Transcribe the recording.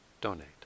donate